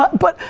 but but,